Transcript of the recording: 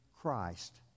Christ